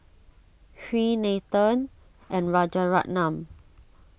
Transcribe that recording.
Hri Nathan and Rajaratnam